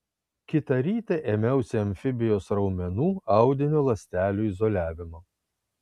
kitą rytą ėmiausi amfibijos raumenų audinio ląstelių izoliavimo